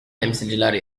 temsilciler